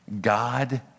God